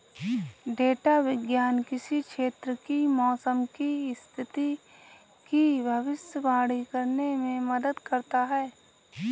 data विज्ञान किसी क्षेत्र की मौसम की स्थिति की भविष्यवाणी करने में मदद करता है